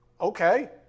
okay